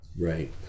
Right